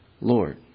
Lord